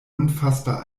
unfassbar